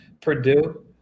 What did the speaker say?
Purdue